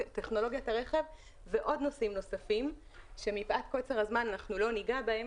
טכנולוגיית הרכב ונושאים נוספים שמפאת קוצר הזמן לא נגע בהם